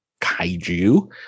kaiju